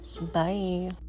Bye